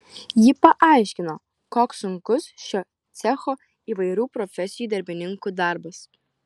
ji paaiškino koks sunkus šio cecho įvairių profesijų darbininkų darbas